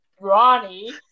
Ronnie